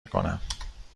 میکنیم